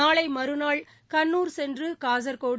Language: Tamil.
நாளை மறுநாள் கன்னூர் சென்று காசர்கோடு